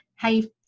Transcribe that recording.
hey